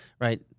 right